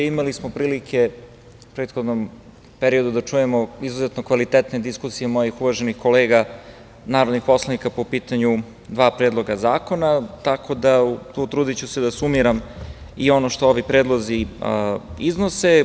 Imali smo prilike u prethodnom periodu da čujemo izuzetno kvalitetne diskusije mojih uvaženih kolega narodnih poslanika po pitanju dva predloga zakona, tako da ću se potruditi da sumiram i ono što ovi predlozi iznose.